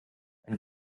ein